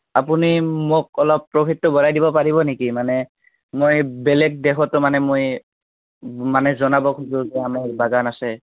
আপুনি মোক অলপ প্ৰফিটটো বঢ়াই দিব পাৰিব নেকি মানে মই বেলেগ দেশতো মানে মই মানে জনাব খোজোঁ যে আমাৰ বাগান আছে